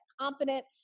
confident